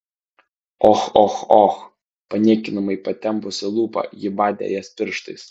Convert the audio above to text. och och och paniekinamai patempusi lūpą ji badė jas pirštais